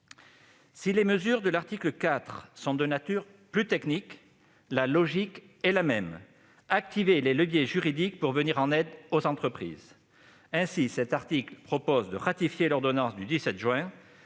Si les mesures de l'article 4 sont de nature plus technique, la logique est la même : il s'agit d'activer des leviers juridiques pour venir en aide aux entreprises. Ainsi, il est proposé de ratifier l'ordonnance du 17 juin